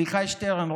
אביחי שטרן,